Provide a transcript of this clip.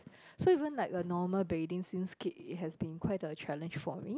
so even like a normal bathing since kid it has been quite a challenge for me